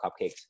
cupcakes